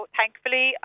thankfully